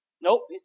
Nope